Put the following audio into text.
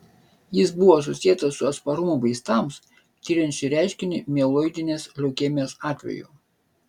jis buvo susietas su atsparumu vaistams tiriant šį reiškinį mieloidinės leukemijos atveju